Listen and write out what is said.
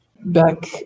Back